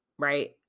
right